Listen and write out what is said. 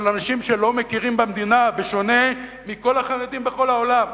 של אנשים שלא מכירים במדינה בשונה מכל החרדים בכל העולם,